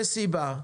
יש סיבה.